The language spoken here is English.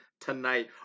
tonight